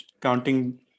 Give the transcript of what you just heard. counting